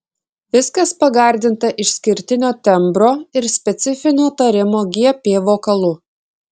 viskas pagardinta išskirtinio tembro ir specifinio tarimo gp vokalu